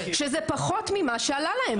שזה פחות ממה שעלה להם.